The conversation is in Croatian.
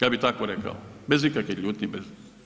Ja bih tako rekao, bez ikakvih ljutnji, bez.